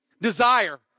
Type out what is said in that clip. desire